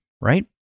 right